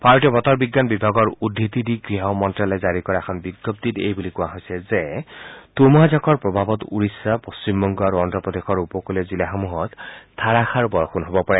ভাৰতীয় বতৰ বিজ্ঞান বিভাগৰ উদ্ধতি দি গৃহ মন্ত্যালয়ে জাৰি কৰা এখন বিজ্ঞপ্তিত এই বুলি কোৱা হৈছে যে ধুমুহাজাকৰ প্ৰভাৱত ওডিশা পশ্চিমবংগ আৰু অন্ধ্ৰপ্ৰদেশৰ উপকলীয় জিলাসমূহত ধাৰাসাৰ বৰষুণ হব পাৰে